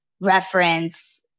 reference